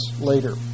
later